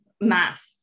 math